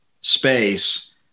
space